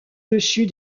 dessus